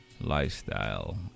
lifestyle